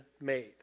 made